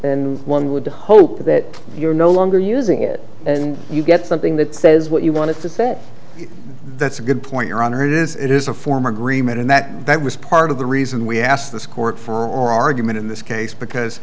then one would hope that you're no longer using it and you get something that says what you want to say that's a good point your honor it is it is a former agreement and that that was part of the reason we asked this court for argument in this case because